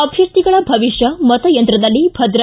ಅಭ್ಯರ್ಥಿಗಳ ಭವಿಷ್ಯ ಮತಯಂತ್ರದಲ್ಲಿ ಭದ್ರ